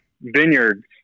vineyards